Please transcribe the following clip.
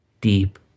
deep